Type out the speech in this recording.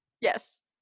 yes